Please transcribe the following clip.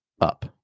up